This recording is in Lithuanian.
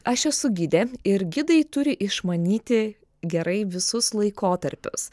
aš esu gidė ir gidai turi išmanyti gerai visus laikotarpius